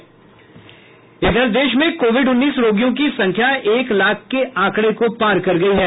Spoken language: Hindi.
देश में कोविड उन्नीस रोगियों की संख्या एक लाख के आंकड़े को पार कर गयी है